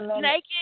naked